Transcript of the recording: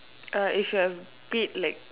uh if you've paid like